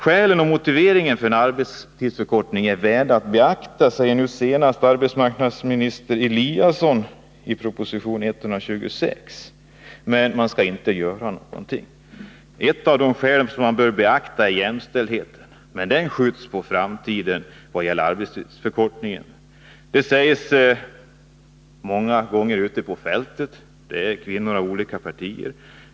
Skälen och motiveringarna för en arbetstidsförkortning är värda att beakta, säger nu senast arbetsmarknadsministern Eliasson i proposition nr 126. Men man skall inte göra någonting! Ett av de skäl man bör beakta gäller jämställdheten. Men det skjuts på framtiden när det gäller arbetstidsförkortningen. Det talas om detta många gånger ute på fältet av kvinnor från olika partier.